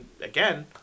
again